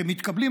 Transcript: שמתקבלים,